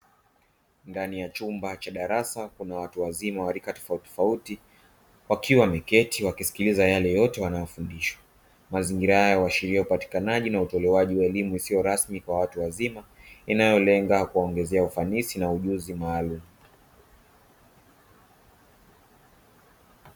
Ndani ya chumba cha darasa kuna watu wazima wa rika tofauti tofauti wakiwa wameketi wakisiliza yale yote wanayofundishwa, mazingira haya huashiria utolewaji na upatikanaji wa elimu isiyo rasmi kwa watu wazima inayolenga kuwaongezea ufanisi na ujuzi maalumu.